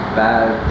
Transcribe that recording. bad